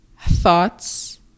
thoughts